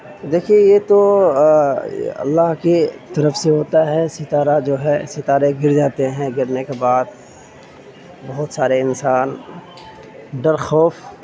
دیکھیے یہ تو اللہ کی طرف سے ہوتا ہے ستارہ جو ہے ستارے گر جاتے ہیں گرنے کے بعد بہت سارے انسان ڈر خوف